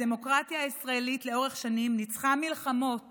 הדמוקרטיה הישראלית לאורך שנים ניצחה במלחמות